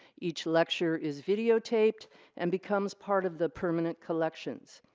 each lecture is video tapped and becomes part of the permanent collections.